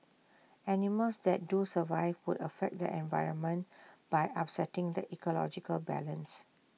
animals that do survive would affect the environment by upsetting the ecological balance